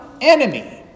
enemy